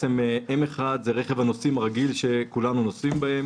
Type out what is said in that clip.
M1 הוא רכב הנוסעים הרגיל שכולנו נוסעים בו,